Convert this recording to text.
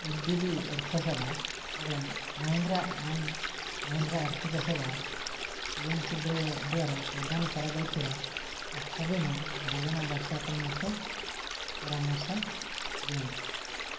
H D B ଅର୍ଥ ସେବା ଏବଂ ମହିନ୍ଦ୍ରା ଆଣ୍ଡ୍ ମହିନ୍ଦ୍ରା ଆର୍ଥିକ ସେବା ଏଜେନ୍ସି ଦ୍ୱୟ ଦ୍ଵାରା ପ୍ରଦାନ କରାଯାଇଥିବା ସ୍ୱାସ୍ଥ୍ୟ ବୀମା ଯୋଜନା ବାଛିବା ପାଇଁ ମୋତେ ପରାମର୍ଶ ଦିଅନ୍ତୁ